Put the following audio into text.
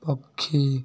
ପକ୍ଷୀ